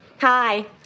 Hi